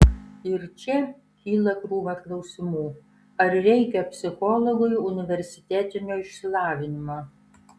ir čia kyla krūva klausimų ar reikia psichologui universitetinio išsilavinimo